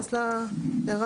להתייחס לנוסח?